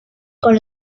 con